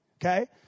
Okay